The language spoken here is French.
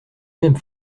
même